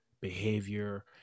behavior